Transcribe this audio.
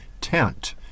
tent